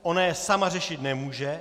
Ona je sama řešit nemůže.